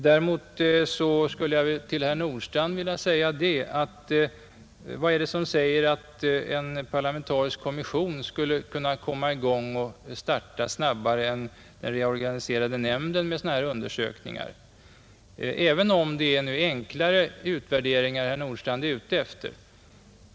Däremot skulle jag vilja fråga herr Nordstrandh: Vad är det som säger att en parlamentarisk kommission skulle kunna komma i gång snabbare än den reorganiserade nämnden och starta sådana undersökningar, även om det är enklare utvärderingar som herr Nordstrandh är ute efter?